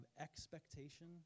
expectation